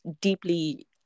deeply